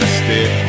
stick